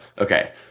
Okay